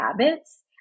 habits